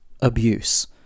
abuse